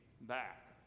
back